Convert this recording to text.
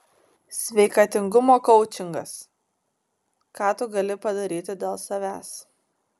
sveikatingumo koučingas ką tu gali padaryti dėl savęs